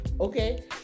okay